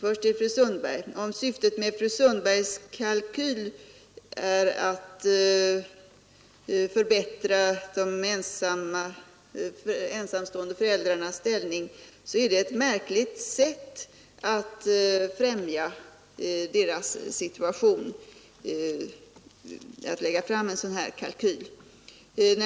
Om fru Sundbergs syfte är att förbättra de ensamstående föräldrarnas ställning, så är det ett märkligt sätt att främja deras intressen att lägga fram en sådan här kalkyl.